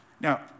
Now